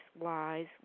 lies